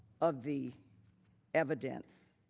of the evidence.